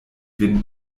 vin